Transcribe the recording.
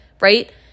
right